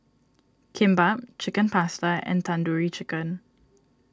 Kimbap Chicken Pasta and Tandoori Chicken